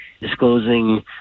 disclosing